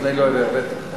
אני לא יודע, בטח.